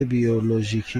بیولوژیکی